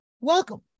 welcome